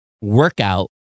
workout